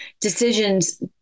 decisions